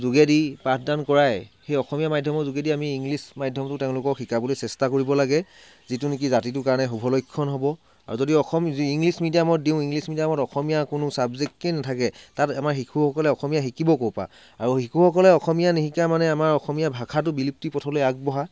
যোগেদি পাঠদান কৰাই সেই অসমীয়া মাধ্যমৰ যোগেদি আমি ইংলিছ মাধ্যমটো তেওঁলোকক শিকাবলৈ চেষ্টা কৰিব লাগে যিটো নেকি জাতিটোৰ কাৰণৰ শুভ লক্ষণ হ'ব আৰু যদি অসম যদি ইংলিছ মিডিয়ামত দিওঁ ইংলিছ মিডিয়ামত অসমীয়া কোনো চাবজেক্টে নাথাকে তাত আমাৰ শিশুসকলে অসমীয়া শিকিব ক'ৰপৰা আৰু শিশুসকলে অসমীয়া নিশিকা মানে আমাৰ অসমীয়া ভাষাটো বিলুপ্তি পথলৈ আগবঢ়া